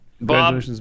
Bob